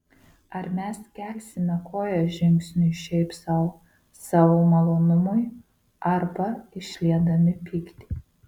ar mes kelsime koją žingsniui šiaip sau savo malonumui arba išliedami pyktį